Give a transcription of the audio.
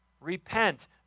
Repent